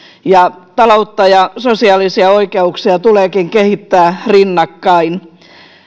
ja taloutta ja sosiaalisia oikeuksia tuleekin kehittää rinnakkain